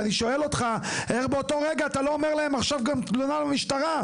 ואני שואל אותך איך באותו רגע אתה לא אומר להם עכשיו גם תלונה במשטרה.